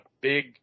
big